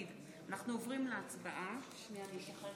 יעקב אשר,